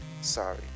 sorry